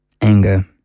anger